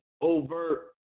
overt